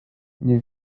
nie